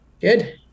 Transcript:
Good